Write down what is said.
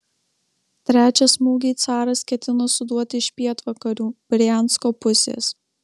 trečią smūgį caras ketino suduoti iš pietvakarių briansko pusės